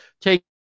take